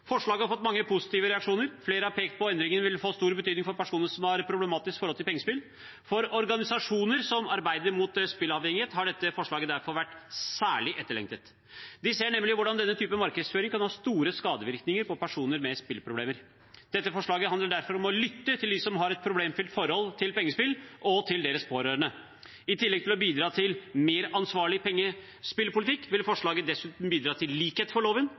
Forslaget har fått mange positive reaksjoner. Flere har pekt på at endringene vil få stor betydning for personer som har et problematisk forhold til pengespill. For organisasjoner som arbeider mot spilleavhengighet, har dette forslaget derfor vært særlig etterlengtet. De ser nemlig hvordan denne typen markedsføring kan ha store skadevirkninger på personer med spilleproblemer. Dette forslaget handler derfor om å lytte til dem som har et problemfylt forhold til pengespill, og til deres pårørende. I tillegg til å bidra til en mer ansvarlig pengespillpolitikk vil forslaget dessuten bidra til likhet for loven